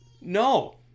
No